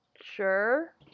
Sure